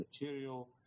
material